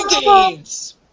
Games